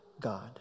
God